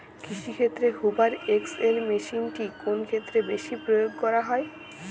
কৃষিক্ষেত্রে Hoover X L মেশিনটি কোন ক্ষেত্রে বেশি প্রয়োগ করা হয়?